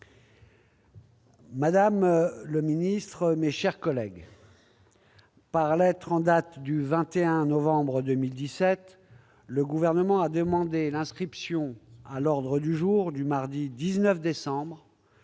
Madame la ministre, mes chers collègues, par lettre en date du 21 novembre 2017, le Gouvernement a demandé l'inscription à l'ordre du jour du mardi 19 décembre